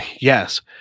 Yes